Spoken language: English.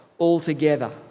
altogether